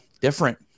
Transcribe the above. different